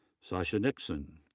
sascha nixon,